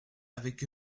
avec